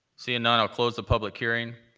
seeing none, i'll close the public hearing.